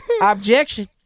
Objection